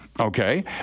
Okay